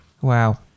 Wow